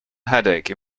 headache